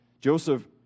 Joseph